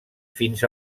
fins